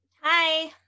Hi